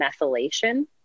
methylation